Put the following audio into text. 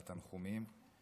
לתנחומים.